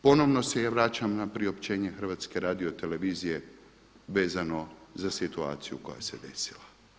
Ponovno se vraćam na priopćenje Hrvatske radio televizije vezano za situaciju koja se desila.